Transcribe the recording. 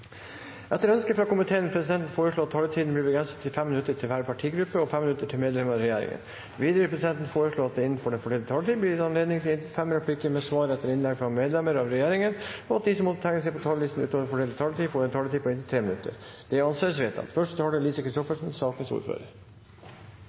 Etter ønske fra arbeids- og sosialkomiteen vil presidenten foreslå at taletiden blir begrenset til 5 minutter til hver partigruppe og 5 minutter til medlemmer av regjeringen. Videre vil presidenten foreslå at det – innenfor den fordelte taletid – blir gitt anledning til inntil fem replikker med svar etter innlegg fra medlemmer av regjeringen, og at de som måtte tegne seg på talerlisten utover den fordelte taletid, får en taletid på inntil 3 minutter. – Det anses vedtatt.